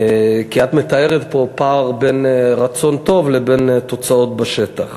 כי את מתארת פה פער בין רצון טוב לבין תוצאות בשטח.